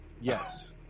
Yes